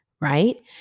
right